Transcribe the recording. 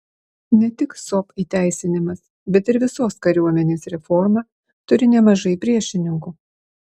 ne tik sop įteisinimas bet ir visos kariuomenės reforma turi nemažai priešininkų